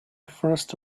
first